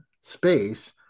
space